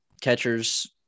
catchers